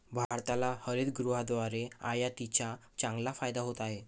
भारताला हरितगृहाद्वारे आयातीचा चांगला फायदा होत आहे